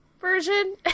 version